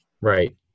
Right